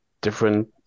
different